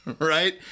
right